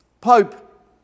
Pope